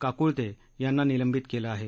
काकुळते यांना निलंबित केलं आहे